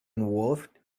involved